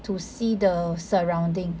to see the surrounding